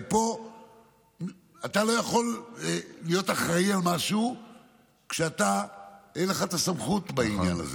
הרי פה אתה לא יכול להיות אחראי למשהו כשאין לך את הסמכות בעניין הזה.